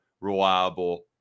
reliable